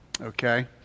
Okay